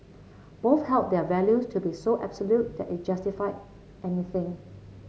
both held their values to be so absolute that it justified anything